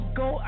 go